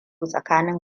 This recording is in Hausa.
tsakanin